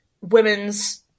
women's